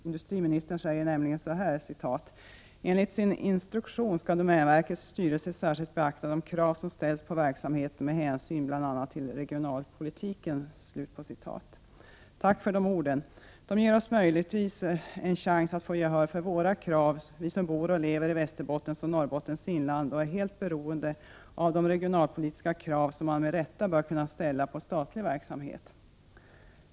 Industriministern säger nämligen så här: ”Enligt sin instruktion skall domänverkets styrelse särskilt beakta de krav som ställs på verksamheten med hänsyn bl.a. till regionalpolitiken.” Tack för de orden; de ger oss möjligtvis en chans att få gehör för våra krav. Vi som bor och lever i Västerbottens och Norrbottens inland är helt beroende av att man tillmötesgår de regionalpolitiska krav som vi med rätta bör kunna ställa på statlig verksamhet.